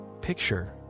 picture